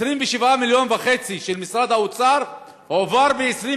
27.5 מיליון שקל של משרד האוצר הועברו ב-27